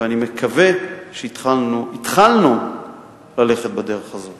ואני מקווה שהתחלנו, התחלנו ללכת בדרך הזאת.